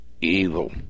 evil